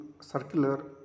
circular